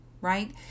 right